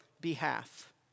behalf